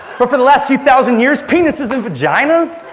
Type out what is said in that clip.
for for the last two thousand years, penises and vaginas.